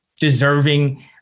deserving